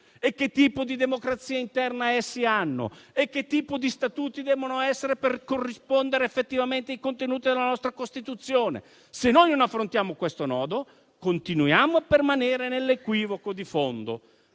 che tipo di democrazia interna essi hanno, che tipo di statuti devono avere per corrispondere effettivamente ai contenuti della nostra Costituzione, se non affrontiamo questo nodo, continuiamo a permanere nell'equivoco di fondo,